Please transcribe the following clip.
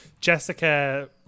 Jessica